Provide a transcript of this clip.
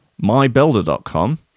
MyBuilder.com